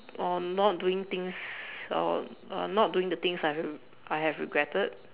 or not doing things or not doing the things that I have I have regretted